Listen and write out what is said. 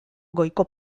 goiko